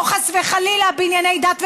לא, חס וחלילה, בענייני דת ומדינה,